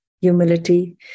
humility